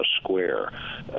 square